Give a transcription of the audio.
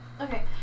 Okay